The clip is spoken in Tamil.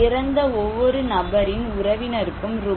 இறந்த ஒவ்வொரு நபரின் உறவினருக்கும் ரூ